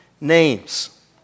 names